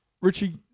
Richie